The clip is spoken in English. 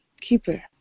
keeper